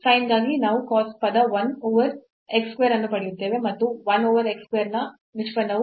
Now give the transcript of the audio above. sin ಗಾಗಿ ನಾವು cos ಪದ 1 over x square ಅನ್ನು ಪಡೆಯುತ್ತೇವೆ ಮತ್ತು 1 over x square ನ ನಿಷ್ಪನ್ನವು minus 2 over x cube ಆಗಿರುತ್ತದೆ